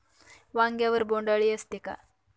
वांग्यावर बोंडअळी असते का?